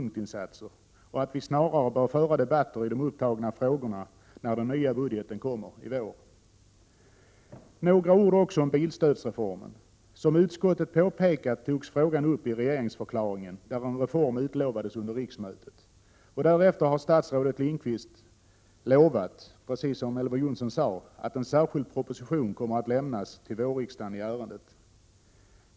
1987/88:45 att vi snarare bör föra debatten i de upptagna frågorna när den nya budgeten 15 december 1987 läggs fram i vår. FIRE RR Jag vill även säga några ord om bilstödsreformen. Som utskottet påpekat togs frågan upp i regeringsförklaringen, där en reform utlovades under riksmötet. Därefter har statsrådet Lindqvist lovat, precis som Elver Jonsson sade, att en särskild proposition i ärendet kommer att lämnas till vårriksdagen.